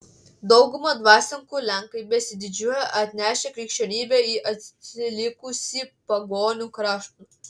dauguma dvasininkų lenkai besididžiuoją atnešę krikščionybę į atsilikusį pagonių kraštą